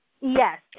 yes